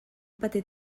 paté